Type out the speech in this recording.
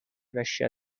russia